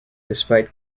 despite